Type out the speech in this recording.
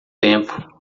tempo